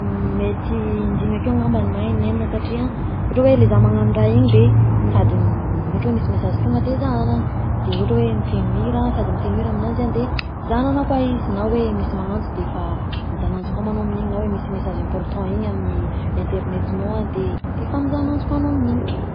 Mety indimy akeo ngamba na in'enina satria ohatra hoe le zaho magnano raha iny de sady ohatra hoe misy mesazy tonga de zahagna agny, de ohatra hoe mitegno hira sady mitegno hira amignanjy a de zahana agna koa izy na hoe misy magnantso defa mizaha ananjy koa ma anao amign'igny na hoe misy mesazy important igny amin'ny internetinao agny defa mizaha ananjy koa anao amign'igny.